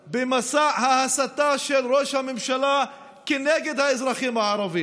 במסע ההסתה של ראש הממשלה נגד האזרחים הערבים.